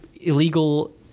illegal